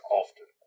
often